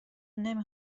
نمی